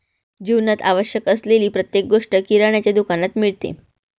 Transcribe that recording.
जीवनात आवश्यक असलेली प्रत्येक गोष्ट किराण्याच्या दुकानात मिळते